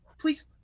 please